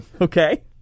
Okay